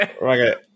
right